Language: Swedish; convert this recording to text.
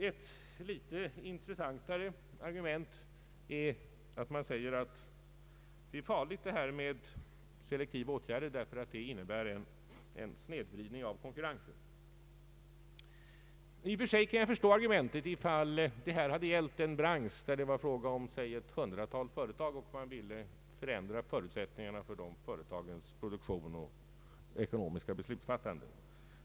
Ett något intressantare argument är att det skulle vara farligt med selektiva åtgärder därför att de innebär en snedvridning av konkurrensen. I och för sig kan jag förstå detta argument om det hade gällt en bransch med kanske hundra företag och man ville förändra förutsättningarna för de företagens produktion och ekonomiska beslutsfattande.